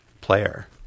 player